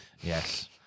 yes